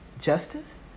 justice